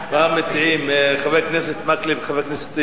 מה אתם מציעים, חברי הכנסת מקלב וטיבי?